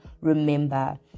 remember